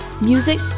music